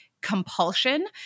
compulsion